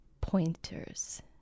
pointers